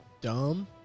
dumb